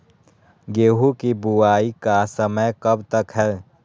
गेंहू की बुवाई का समय कब तक है?